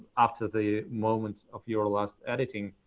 after the moment of your last editing,